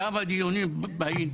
כמה דיונים הייתי